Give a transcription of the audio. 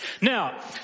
Now